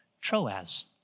Troas